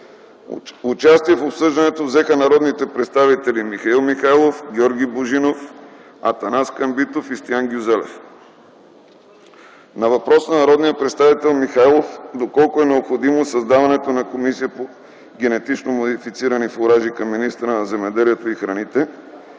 Участие в обсъждането взеха народните представители Михаил Михайлов, Георги Божинов, Атанас Камбитов и Стоян Гюзелев. На въпрос на народния представител Михайлов - доколко е необходимо създаването на Комисия по генетично модифицирани фуражи към министъра на земеделието и храните,